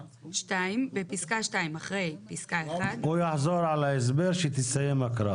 הוא יחזור על ההסבר כשהיא תסיים את ההקראה.